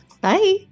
bye